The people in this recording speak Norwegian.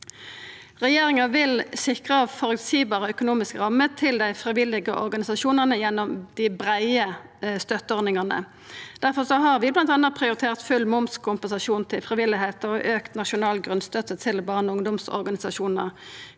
Regjeringa vil sikra føreseielege økonomiske rammer til dei frivillige organisasjonane gjennom dei breie støtteordningane. Difor har vi bl.a. prioritert full momskompensasjon til frivilligheita og auka nasjonal grunnstøtte til barne- og ungdomsorganisasjonar.